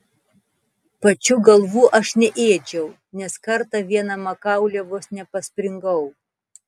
pačių galvų aš neėdžiau nes kartą viena makaule vos nepaspringau